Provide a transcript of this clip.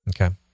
Okay